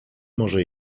może